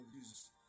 Jesus